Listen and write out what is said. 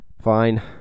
Fine